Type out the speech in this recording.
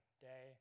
day